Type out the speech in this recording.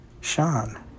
Sean